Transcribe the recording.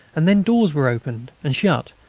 and then doors were opened and shut,